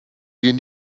gehen